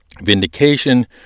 vindication